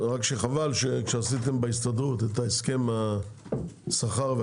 חבל שכשעשיתם בהסתדרות את ההסכם השכר,